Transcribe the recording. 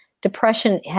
depression